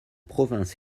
province